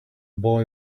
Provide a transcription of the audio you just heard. boy